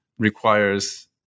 requires